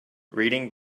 reading